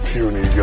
Puny